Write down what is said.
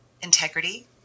integrity